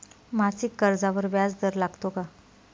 मासिक कर्जावर व्याज दर लागतो का?